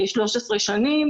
כ-13 שנים,